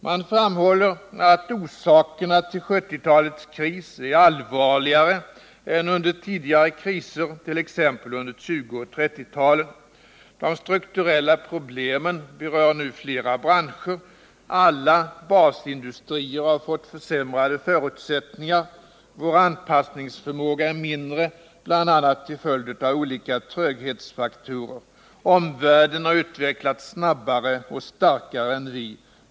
Man framhåller att orsakerna till 1970-talets kris är allvarligare än under tidigare kriser, t.ex. under 1920 och 1930-talen. De strukturella problemen berör nu fler branscher. Alla basindustrier har fått försämrade förutsättningar. Vår anpassningsförmåga är mindre, bl.a. till följd av olika tröghetsfaktorer. Omvärlden har utvecklats snabbare och starkare än vi.